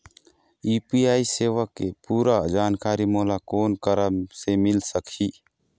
UPI सेवा के पूरा जानकारी मोला कोन करा से मिल सकही?